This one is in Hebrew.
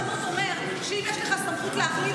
כלל הפרשנות אומר שאם יש לך סמכות להחליט,